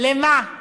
למה?